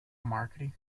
market